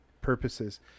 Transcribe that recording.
purposes